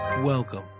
Welcome